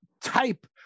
type